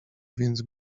więc